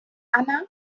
anna